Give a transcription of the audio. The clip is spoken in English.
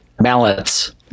mallets